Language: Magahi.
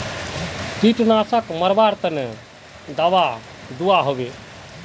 कीटनाशक मरवार तने दाबा दुआहोबे?